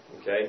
Okay